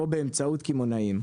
או באמצעות קמעונאים,